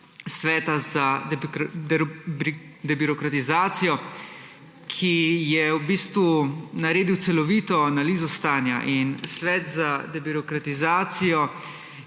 sveta za debirokratizacijo, ki je v bistvu naredil celovito analizo stanja. In Svet za debirokratizacijo